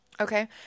Okay